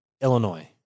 Illinois